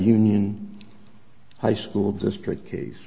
union high school district case